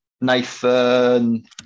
Nathan